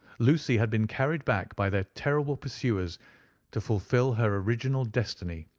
lucy had been carried back by their terrible pursuers to fulfil her original destiny,